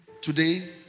Today